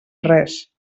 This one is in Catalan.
res